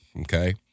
okay